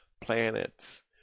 Planets